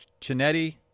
Chinetti